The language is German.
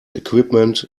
equipment